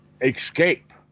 escape